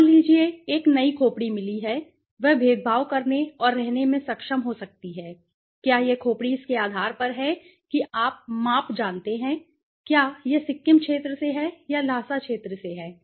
मान लीजिए एक नई खोपड़ी मिली है वह भेदभाव करने और रहने में सक्षम हो सकती है क्या यह खोपड़ी इसके आधार पर है कि आप माप जानते हैं क्या यह सिक्किम क्षेत्र से है या ल्हासा क्षेत्र से है